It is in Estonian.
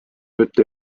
jutt